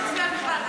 אל תצביע בכלל,